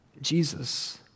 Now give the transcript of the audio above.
Jesus